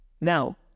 Now